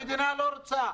המדינה לא רוצה.